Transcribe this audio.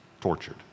tortured